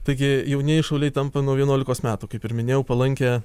taigi jaunieji šauliai tampa nuo vienuolikos metų kaip ir minėjau palankią